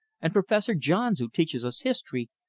and professor johns, who teaches us history,